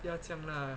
不要这样啦